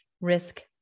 risk